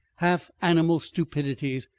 half animal stupidities.